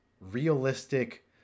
realistic